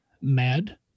Mad